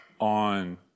on